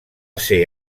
ser